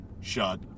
shut